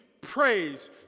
praise